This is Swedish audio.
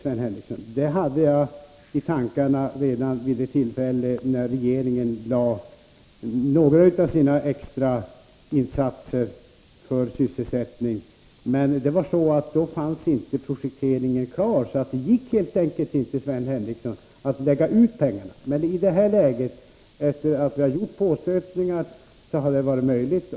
Den insats det gäller hade jagi Om persontrafiken tankarna redan vilde silltälle då regeringen lade fram några av sina förslag på vissa sidolinjer till extrainsatser för sysselsättning, men då var inte projekteringen klar, — till inlandsbanan varför det inte gick att lägga ut pengarna då, men i det här läget har det efter våra påstötningar varit möjligt.